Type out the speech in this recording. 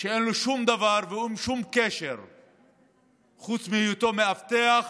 אבל אין לו שום דבר ושום קשר מלבד היותו מאבטח